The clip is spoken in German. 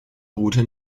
route